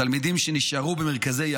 התלמידים שנשארו במרכזי "יחד"